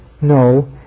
No